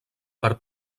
per